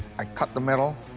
i cut the metal,